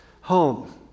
home